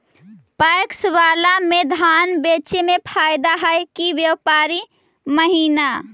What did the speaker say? PACS बाला में धान बेचे मे फायदा है कि व्यापारी महिना?